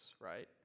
right